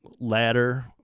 ladder